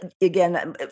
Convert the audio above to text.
again